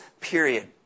period